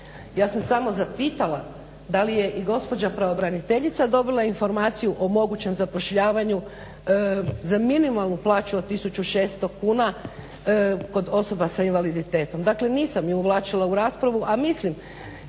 Ja sam samo zapitala da li je i gospođa pravobraniteljica dobila informaciju o mogućem zapošljavanju za minimalnu plaću od 1600 kuna kod osoba sa invaliditetom. Dakle, nisam je uvlačila u raspravu, a mislim